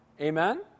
Amen